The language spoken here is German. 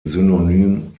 synonym